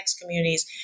communities